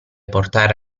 portare